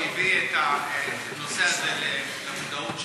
שהביא את הנושא הזה למודעות שלי.